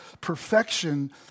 perfection